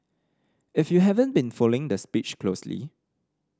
if you haven't been following the speech closely